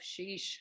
sheesh